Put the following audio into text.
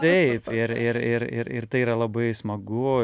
taip ir ir ir ir ir tai yra labai smagu